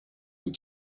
with